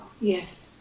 Yes